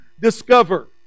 discover